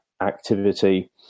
activity